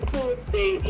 Tuesday